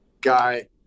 guy